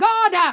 God